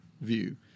view